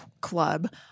club